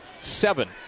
seven